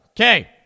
okay